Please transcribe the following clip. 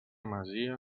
masia